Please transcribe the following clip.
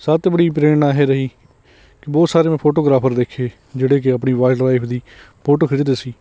ਸਭ ਤੋਂ ਬੜੀ ਪ੍ਰੇਰਣਾ ਇਹ ਰਹੀ ਕਿ ਬਹੁਤ ਸਾਰੇ ਮੈਂ ਫੋਟੋਗ੍ਰਾਫਰ ਦੇਖੇ ਜਿਹੜੇ ਕਿ ਆਪਣੀ ਵਰਲਡ ਲਾਈਫ ਦੀ ਫੋਟੋ ਖਿੱਚਦੇ ਸੀ